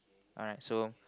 alright so